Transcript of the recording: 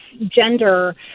gender